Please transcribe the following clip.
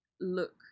look